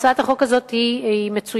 לכן, הצעת החוק הזאת היא מצוינת.